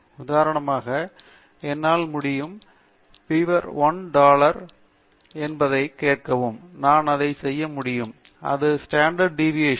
உதாரணமாக என்னால் முடியும் மன்னிக்கவும் பீவர் 1 டாலர் வெப்பநிலை என்ன என்பதைக் கேட்கவும் நாம் அதை செய்ய முடியும் அது ஸ்டாண்டர்ட் டிவியேஷன்